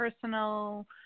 personal